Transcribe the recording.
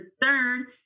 third